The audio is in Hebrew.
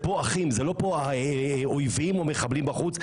פה זה אחים, זה לא אויבים או מחבלים בחוץ.